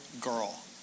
girl